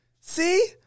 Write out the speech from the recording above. See